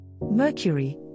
Mercury